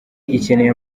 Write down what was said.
ikeneye